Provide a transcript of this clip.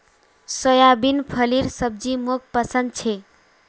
soybean फलीर सब्जी मोक पसंद छे